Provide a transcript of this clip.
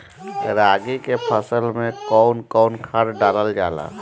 रागी के फसल मे कउन कउन खाद डालल जाला?